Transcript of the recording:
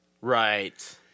Right